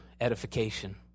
edification